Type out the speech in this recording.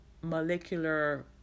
molecular